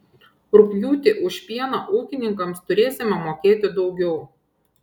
rugpjūtį už pieną ūkininkams turėsime mokėti daugiau